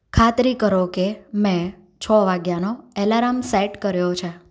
ખાતરી કરો કે મેં છો વાગ્યાનો એલાર્મ સેટ કર્યો છે